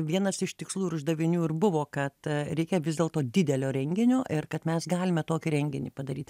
vienas iš tikslų ir uždavinių ir buvo kad reikia vis dėlto didelio renginio ir kad mes galime tokį renginį padaryt